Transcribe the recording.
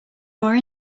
more